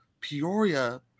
Peoria